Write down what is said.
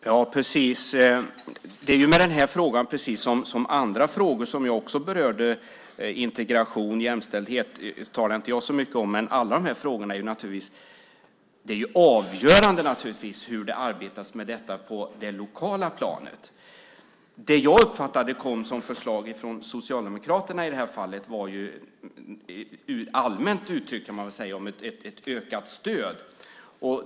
Fru talman! Det är med den här frågan precis som med andra frågor som jag också berörde. Integration och jämställdhet talade jag inte så mycket om, men när det gäller alla de här frågorna är det naturligtvis avgörande hur det arbetas med detta på det lokala planet. Det jag uppfattade som ett förslag från Socialdemokraterna i det här fallet handlade ju allmänt uttryckt, kan man väl säga, om ett ökat stöd.